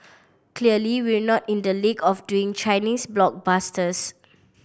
clearly we're not in the league of doing Chinese blockbusters